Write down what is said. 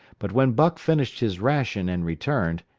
but when buck finished his ration and returned,